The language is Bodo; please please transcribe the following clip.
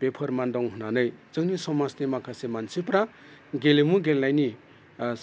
बे फोरमान दं होननानै जोंनि समाजनि माखासे मानसिफ्रा गेलेमु गेलेनायनि